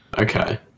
Okay